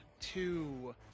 two